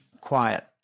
quiet